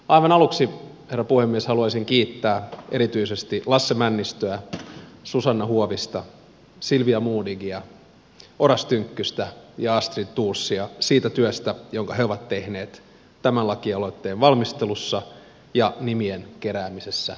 aivan aluksi herra puhemies haluaisin kiittää erityisesti lasse männistöä susanna huovista silvia modigia oras tynkkystä ja astrid thorsia siitä työstä jonka he ovat tehneet tämän lakialoitteen valmistelussa ja nimien keräämisessä edustajakollegoilta